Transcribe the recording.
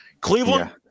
Cleveland